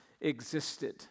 existed